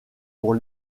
pour